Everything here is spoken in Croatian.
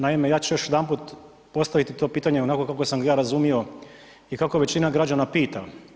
Naime, ja ću još jedanput postaviti to pitanje onako kako sam ga ja razumio i kako većina građana pita.